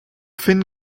finn